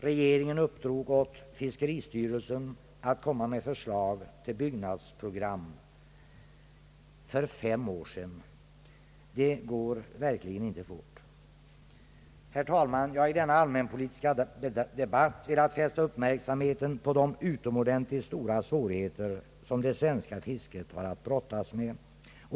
Regeringen uppdrog åt fiskeristyrelsen att utarbeta ett förslag till byggnadsprogram för fem år sedan. Det går verkligen inte fort. Herr talman! Jag har i denna allmänpolitiska debatt velat fästa uppmärksamheten på de utomordentligt stora svårigheter, som det svenska fisket har att brottas med.